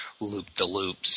loop-the-loops